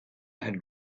had